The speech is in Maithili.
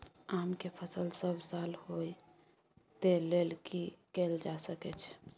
आम के फसल सब साल होय तै लेल की कैल जा सकै छै?